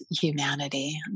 humanity